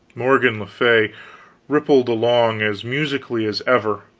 morgan le fay rippled along as musically as ever.